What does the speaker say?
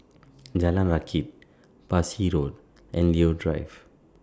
Jalan Rakit Parsi Road and Leo Drive